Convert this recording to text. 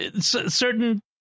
certain